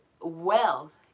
wealth